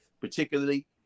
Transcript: particularly